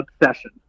obsession